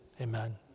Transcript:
Amen